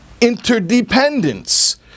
interdependence